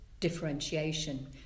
differentiation